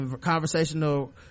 conversational